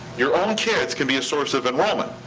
your own kids can be a source of enrollment,